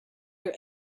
your